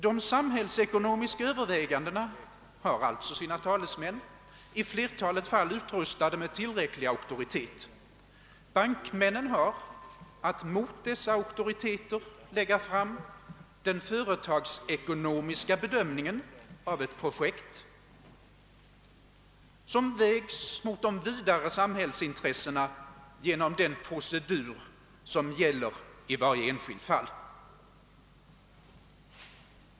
De samhällsekonomiska övervägandena har allså sina talesmän, i flertalet fall utrustade med tillräcklig auktoritet. Bankmännen har att mot dessa auktoriteter lägga fram den företagsekonomiska bedömningen av ett projekt, som vägs mot de vidare samhällsintressena genom den procedur som gäller i varje enskilt fall.